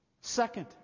Second